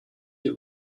haut